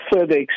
further